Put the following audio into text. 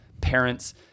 parents